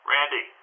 Randy